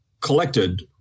collected